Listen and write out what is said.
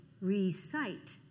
recite